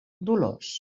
dolors